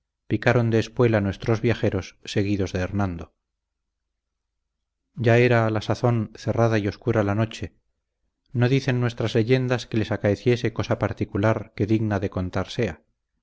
picaron de espuela nuestros viajeros seguidos de hernando ya era a la sazón cerrada y oscura la noche no dicen nuestras leyendas que les acaeciese cosa particular que digna de contar sea